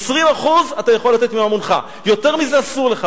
20% אתה יכול לתת מממונך, יותר מזה אסור לך.